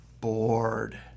bored